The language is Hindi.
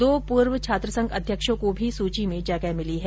दो पूर्व छात्रसंघ अध्यक्षों को भी सूची में जगह मिली है